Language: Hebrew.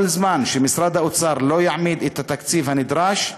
כל זמן שמשרד האוצר לא יעמיד את התקציב הנדרש,